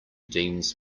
deems